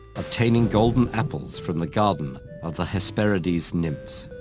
obtaining golden apples from the garden of the hesperides nymphs.